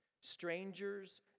Strangers